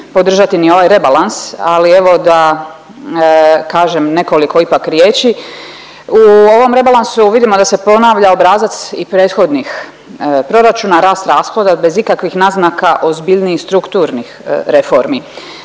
podržati ni ovaj rebalans, ali evo da kažem nekoliko ipak riječi. U ovom rebalansu vidimo da se ponavlja obrazac i prethodnih proračuna, rast rashoda bez ikakvih naznaka ozbiljnijih strukturnih reformi.